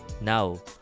Now